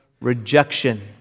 rejection